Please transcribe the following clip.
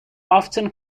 often